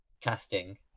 casting